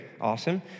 awesome